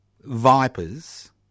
vipers